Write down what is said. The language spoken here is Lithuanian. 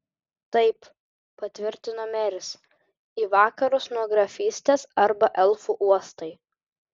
taip patvirtino meris į vakarus nuo grafystės arba elfų uostai